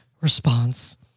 response